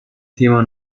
thema